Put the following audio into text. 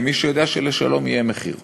אדוני היושב-ראש, מה היה קורה אם הליכוד